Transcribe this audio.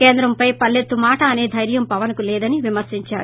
కేంద్రంపై పల్లెత్తు మాట అసే దైర్యం పవన్కు లేదని విమర్పించారు